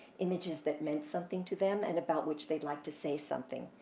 images that meant something to them and about which they'd like to say something,